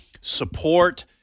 support